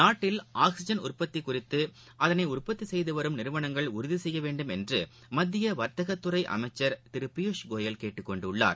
நாட்டில் ஆக்ஸிஜன் உற்பத்திக் குறித்து அதனை உற்பத்தி செய்து வரும் நிறுவனங்கள் உறுதி செய்ய வேண்டும் என்று மத்திய வர்த்தகத் துறை அமைச்சர் திரு பியூஷ் கோயல் கேட்டுக் கொண்டுள்ளார்